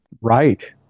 Right